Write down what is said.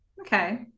okay